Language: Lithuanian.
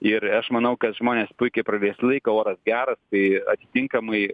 ir aš manau kad žmonės puikiai praleis laiką oras geras tai atitinkamai